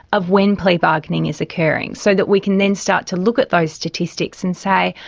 of when plea bargaining is occurring so that we can then start to look at those statistics and say,